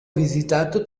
visitato